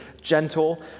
gentle